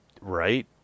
Right